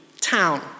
town